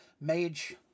mage